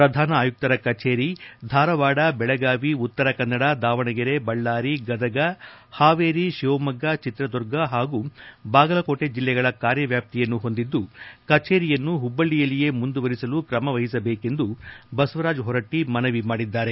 ಪ್ರಧಾನ ಆಯುಕ್ತರ ಕಚೇರಿ ಧಾರವಾದ ಬೆಳಗಾವಿ ಉತ್ತರ ಕನ್ನಡ ದಾವಣಗೆರೆ ಬಳ್ಳಾರಿ ಗದಗ ಹಾವೇರಿ ಶಿವಮೊಗ್ಗ ಚಿತ್ರದುರ್ಗ ಹಾಗೂ ಬಾಗಲಕೋಟೆ ಜಿಲ್ಲೆಗಳ ಕಾರ್ಯವ್ಯಾಪ್ತಿಯನ್ನು ಹೊಂದಿದ್ದು ಕಚೇರಿಯನ್ನು ಹುಬ್ಬಳ್ಳಿಯಲ್ಲಿಯೇ ಮುಂದುವರೆಸಲು ಕ್ರಮ ವಹಿಸಬೇಕೆಂದು ಬಸವರಾಜ ಹೊರಟ್ಟಿ ಮನವಿ ಮಾಡಿದ್ದಾರೆ